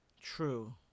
true